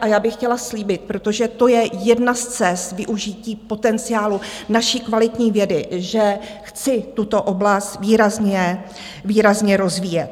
A já bych chtěla slíbit, protože to je jedna z cest využití potenciálu naší kvalitní vědy, že chci tuto oblast výrazně rozvíjet.